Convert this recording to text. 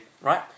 right